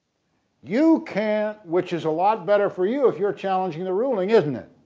you can't which is alot better for you if you're challenging the ruling isn't it?